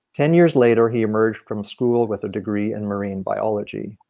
ten years later he emerged from school with a degree in marine biology.